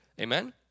amen